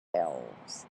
elves